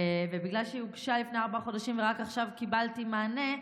ובגלל שהיא הוגשה לפני ארבעה חודשים ורק עכשיו קיבלתי מענה,